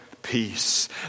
Peace